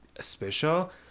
special